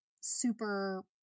super